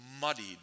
muddied